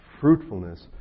fruitfulness